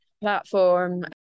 platform